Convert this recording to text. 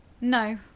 No